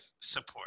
support